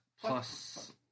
plus